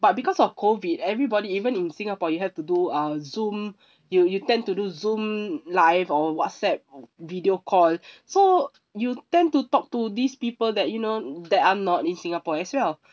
but because of COVID everybody even in singapore you have to do uh Zoom you you tend to do Zoom live or WhatsApp video call so you tend to talk to these people that you know that are not in singapore as well